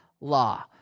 law